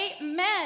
Amen